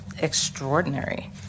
extraordinary